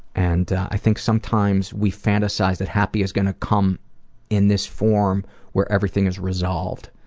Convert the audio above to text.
and i think sometimes we fantasize that happy is gonna come in this form where everything is resolved,